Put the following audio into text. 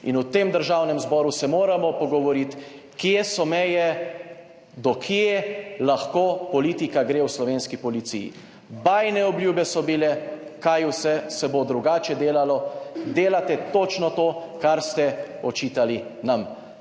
V tem Državnem zboru se moramo pogovoriti, kje so meje, do kje lahko politika gre v slovenski policiji. Bajne obljube so bile, kaj vse se bo drugače delalo. Delate točno to, kar ste očitali nam.